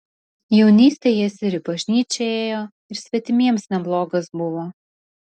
jaunystėje jis ir į bažnyčią ėjo ir svetimiems neblogas buvo